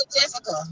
Jessica